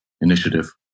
initiative